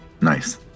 nice